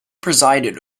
presided